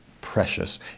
precious